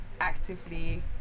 actively